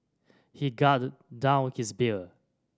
he gulped down his beer